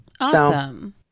awesome